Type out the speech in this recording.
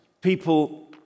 people